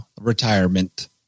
retirement